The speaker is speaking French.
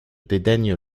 dédaigne